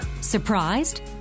Surprised